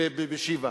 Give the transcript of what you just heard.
ב"שיבא".